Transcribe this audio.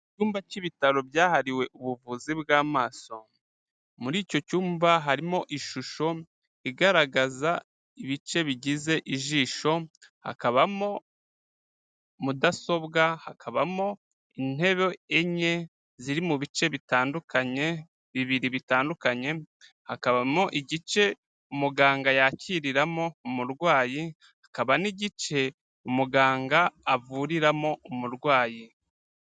Icyumba cy'ibitaro byahariwe ubuvuzi bw'amaso. Muri icyo cyumba harimo ishusho igaragaza ibice bigize ijisho, hakabamo mudasobwa, hakabamo intebe enye ziri mu bice bitandukanye, bibiri bitandukanye hakabamo igice umuganga yakiriramo umurwayi, hakaba n'igice umuganga avuriramo umurwayi.